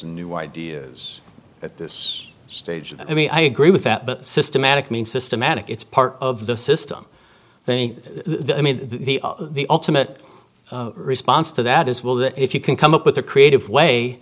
and new ideas at this stage i mean i agree with that but systematic means systematic it's part of the system i think the i mean the the ultimate response to that is well that if you can come up with a creative way